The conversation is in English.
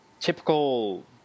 typical